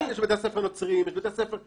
כן, יש בתי ספר נוצריים, יש בתי ספר ---.